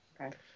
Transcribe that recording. Okay